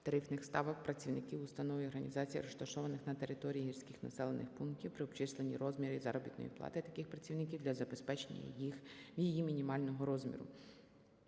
(тарифних ставок) працівників установ і організацій, розташованих на території гірських населених пунктів, при обчисленні розміру заробітної плати таких працівників для забезпечення її мінімального розміру.